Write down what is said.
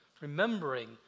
remembering